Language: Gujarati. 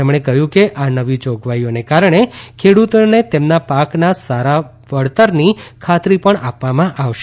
તેમણે કહ્યું કે આ નવી જોગવાઈઓને કારણે ખેડૂતોને તેમના પાકના સારા વળતરની ખાતરી પણ આપવામાં આવશે